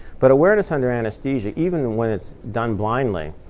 but awareness under anesthesia, even when it's done blindly,